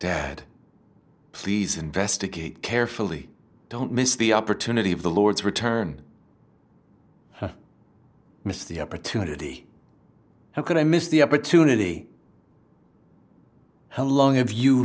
dad please investigate carefully don't miss the opportunity of the lord's return missed the opportunity how could i miss the opportunity how long have you